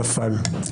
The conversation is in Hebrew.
נפל.